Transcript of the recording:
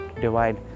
divide